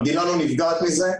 המדינה לא נפגעת מזה.